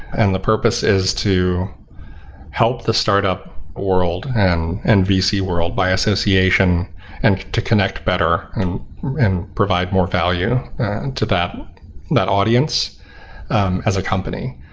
and the purpose is to help the startup world and and vc world by association and to connect better and provide more value to that that audience as a company.